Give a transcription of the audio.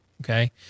Okay